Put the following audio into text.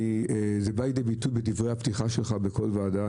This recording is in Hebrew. זה בא לידי ביטוי בדברי הפתיחה שלך בכל ועדה.